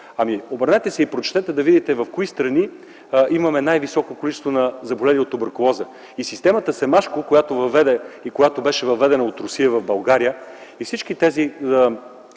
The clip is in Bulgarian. обърнете се и прочетете да видите в кои страни има най-високо количество на заболели от туберкулоза. Системата „Семашко”, която беше въведена от Русия в България, и всички тези